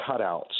cutouts